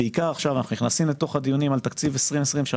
בעיקר עכשיו כשאנחנו נכנסים לתוך הדיונים על תקציב 2023,